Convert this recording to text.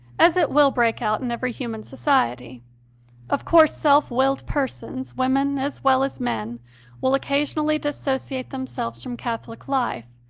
as it will break out in every human society of course self-willed persons women as well as men will occasionally dissociate themselves from catholic life,